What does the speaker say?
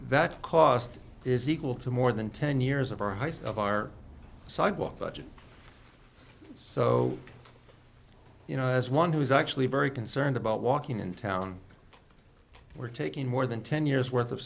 that cost is equal to more than ten years of our height of our sidewalk budget so you know as one who is actually very concerned about walking in town we're taking more than ten years worth of